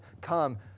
come